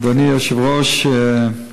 אדוני היושב-ראש,